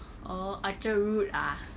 orh orchard route ah